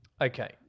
Okay